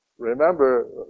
Remember